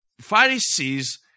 Pharisees